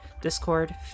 discord